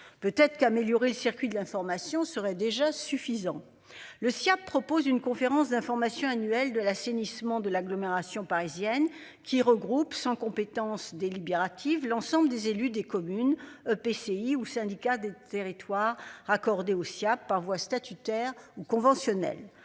Peut être qu'améliorer le circuit de l'information serait déjà suffisant. Le Siaap propose une conférence d'information annuelle de l'assainissement de l'agglomération parisienne, qui regroupe 100 compétence délibérative l'ensemble des élus des communes. EPCI ou syndicats des territoires raccordé au par voie statutaire ou conventionnelle